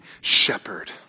shepherd